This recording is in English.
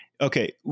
Okay